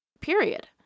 Period